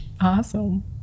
Awesome